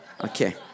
Okay